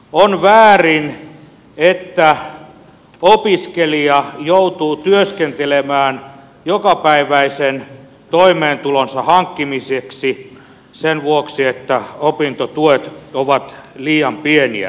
on väärin että opiskelija joutuu työskentelemään jokapäiväisen toimeentulonsa hankkimiseksi sen vuoksi että opintotuet ovat liian pieniä